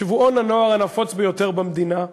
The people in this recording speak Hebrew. שבועון הנוער הנפוץ ביותר במדינה,